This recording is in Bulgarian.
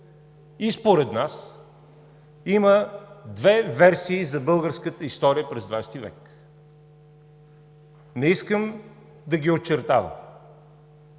и според нас има две версии за българската история през XX век. Не искам да ги очертавам,